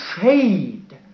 shade